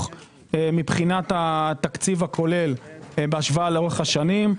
מבחינת התקציב הכולל בהשוואה לאורך השנים.